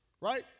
right